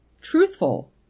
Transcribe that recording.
truthful